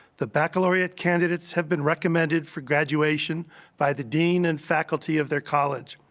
the baccalaureate candidates have been recommended for graduation by the dean and faculty of their college.